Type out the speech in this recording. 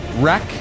wreck